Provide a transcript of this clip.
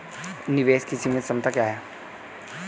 निवेश की सीमांत क्षमता क्या है?